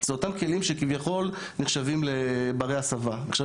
זה אותם כלים שכביכול נחשבים להיות ברי הסבה.